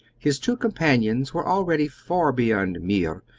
his two companions were already far beyond meer,